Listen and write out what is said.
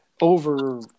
over